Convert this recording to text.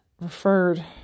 referred